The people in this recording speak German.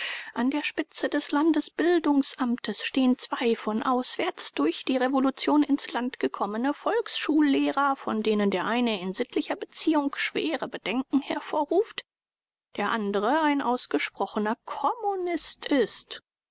an der spitze des landesbildungsamtes stehen zwei von auswärts durch die revolution ins land gekommene volksschullehrer von denen der eine in sittlicher beziehung schwere bedenken hervorruft der andere ein ausgesprochener kommunist ist